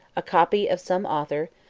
a copy of some author,